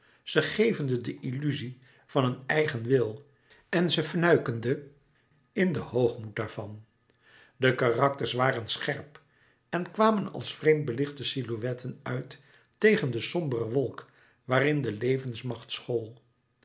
ze gevende de illuzie van een eigen wil en ze fnuikende in den hoogmoed daarvan de karakters waren scherp en kwamen als vreemd belichte silhouetten uit tegen de sombere wolk waarin de levensmacht school